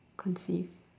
conceive